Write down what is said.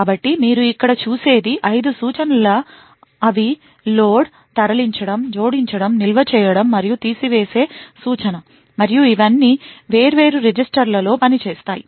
కాబట్టి మీరు ఇక్కడ చూసేది 5 సూచనలు అవి లోడ్ తరలించడం జోడించడం నిల్వ చేయడం మరియు తీసివేసే సూచన మరియు ఇవన్నీ వేర్వేరు రిజిస్టర్లలో పనిచేస్తాయి